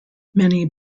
many